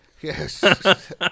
Yes